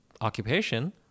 occupation